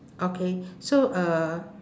okay so uh